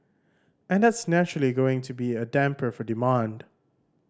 and that's naturally going to be a damper for demand